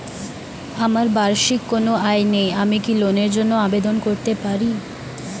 আমার বার্ষিক কোন আয় নেই আমি কি লোনের জন্য আবেদন করতে পারি?